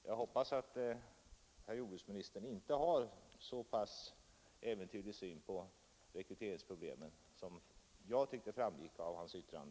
Jag hoppas att jordbruksministern inte har en så äventyrlig syn på rekryteringsproblemen som jag tyckte mig spåra i hans yttrande.